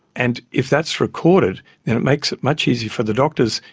and if that's recorded then it makes it much easier for the doctors.